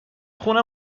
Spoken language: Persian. خونه